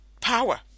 Power